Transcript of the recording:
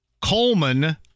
Coleman